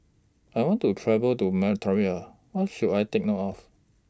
I want to travel to Mauritania What should I Take note of